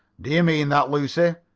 do you mean that, lucy?